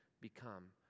become